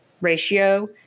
ratio